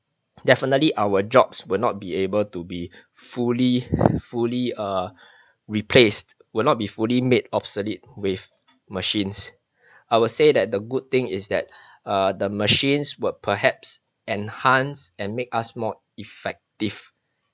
definitely our jobs would not be able to be fully fully err replaced will not be fully made obsolete with machines I will say that the good thing is that err the machines will perhaps enhance and make us more effective